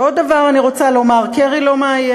ועוד דבר אני רוצה לומר: קרי לא מאיים.